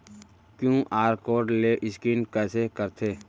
QR code ले scan कइसे करथे?